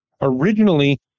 Originally